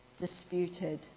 disputed